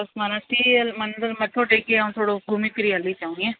माना सीअल मंदरु मथो टेके ऐं थोरो घूमी फिरी हली अचूं ईअं